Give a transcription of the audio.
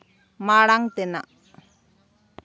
ᱢᱟᱲᱟᱝ ᱛᱮᱱᱟᱜ